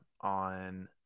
on